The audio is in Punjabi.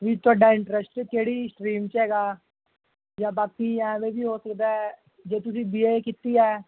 ਵੀ ਤੁਹਾਡਾ ਇੰਟਰਸਟ ਕਿਹੜੀ ਸਟਰੀਮ 'ਚ ਹੈਗਾ ਜਾਂ ਬਾਕੀ ਐਵੇਂ ਵੀ ਹੋ ਸਕਦਾ ਜੇ ਤੁਸੀਂ ਬੀ ਏ ਕੀਤੀ ਹੈ